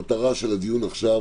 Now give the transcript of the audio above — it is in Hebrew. המטרה של הדיון עכשיו